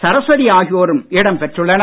சரஸ்வதி ஆகியோரும் இடம் பெற்றுள்ளனர்